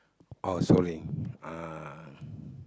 oh sorry uh